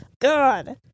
God